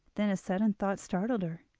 then a sudden thought startled her,